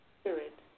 spirit